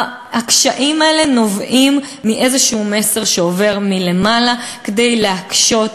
הקשיים האלה נובעים מאיזה מסר שעובר מלמעלה כדי להקשות,